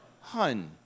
Hun